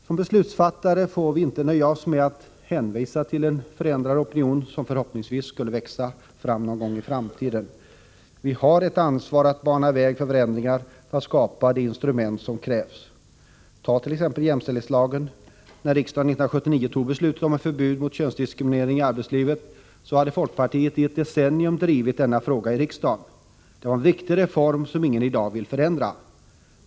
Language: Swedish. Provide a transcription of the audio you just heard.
Som beslutsfattare får vi inte nöja oss med att hänvisa till en förändrad opinion som förhoppningsvis skulle växa fram någon gång i framtiden. Vi har ett ansvar att bana väg för förändringar, för att skapa de instrument som krävs. på jämställdhetslagen. När riksdagen 1979 tog beslutet om ett förbud mot könsdiskriminering i arbetslivet, hade folkpartiet i ett decennium drivit denna fråga i riksdagen. Det var en viktig reform som ingen i dag vill slopa.